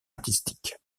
artistique